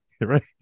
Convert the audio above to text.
right